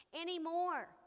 anymore